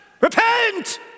repent